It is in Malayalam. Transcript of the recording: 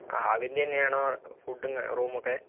അവരിന്റെ തന്നെയാണോ ഫുഡും റൂമുമൊക്കെ